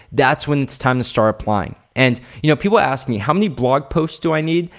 that's when it's time to start applying and you know people ask me how many blog posts do i need?